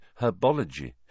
herbology